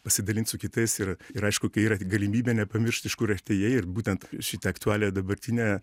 pasidalint su kitais ir ir aišku kai yra galimybė nepamiršt iš kur atėjai ir būtent šitą aktualią dabartinę